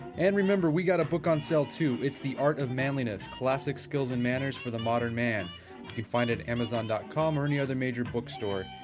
and remember, we've got a book on sale, too. it's the art of manliness classic skills and manners for the modern man. you can find it at amazon dot com or any other major book store.